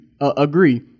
agree